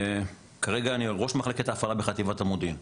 כרגע אני ראש מחלקת ההפעלה בחטיבת המודיעין.